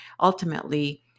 ultimately